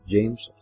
James